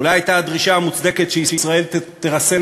אולי הייתה הדרישה המוצדקת שאיראן תרסן